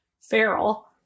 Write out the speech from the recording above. feral